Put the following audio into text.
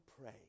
pray